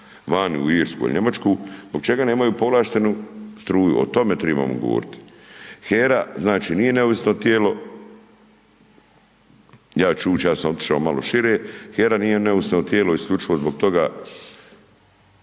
vani u Irsku i Njemačku, zbog čega nemaju povlaštenu struju, o tome trebamo govoriti. HERA znači nije neovisno tijelo, ja ću ući, ja sam otišao malo šire, HERA nije neovisno tijelo isključivo zbog toga